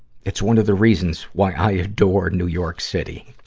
it's one of the reasons why i adore new york city.